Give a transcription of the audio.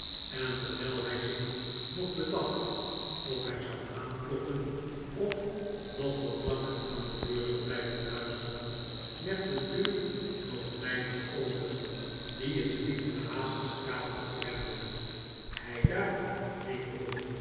en terwijl hij zich nog bedacht of hij zou aankloppen of nog wat langer aan de deur zou blijven luisteren werd de deur door een meid geopend die in vliegende haast de straat op rende heidaar